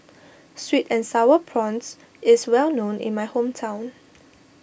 Sweet and Sour Prawns is well known in my hometown